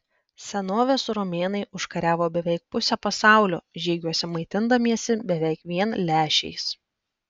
senovės romėnai užkariavo beveik pusę pasaulio žygiuose maitindamiesi beveik vien lęšiais